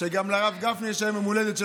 וגם לרב גפני יש היום יום הולדת,